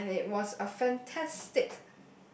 and it was a fantastic